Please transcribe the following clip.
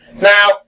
Now